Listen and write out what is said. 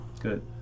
good